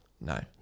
No